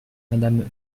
madame